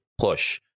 push